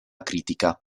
critica